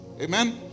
Amen